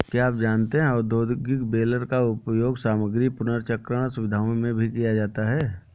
क्या आप जानते है औद्योगिक बेलर का उपयोग सामग्री पुनर्चक्रण सुविधाओं में भी किया जाता है?